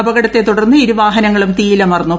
അപകടത്തെ തുടർന്ന് ഇരുവാഫ്നെങ്ങളും തീയിലമർന്നു